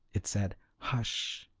it said hush!